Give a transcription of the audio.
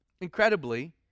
Incredibly